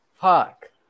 fuck